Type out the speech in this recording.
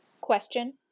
Question